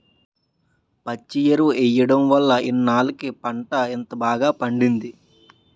పచ్చి ఎరువు ఎయ్యడం వల్లే ఇన్నాల్లకి పంట ఇంత బాగా పండింది